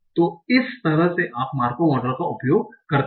तो इस तरह से आप मार्कोव मॉडल का उपयोग करते हैं